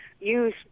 Use